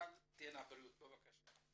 מנכ"ל טנא בריאות בבקשה.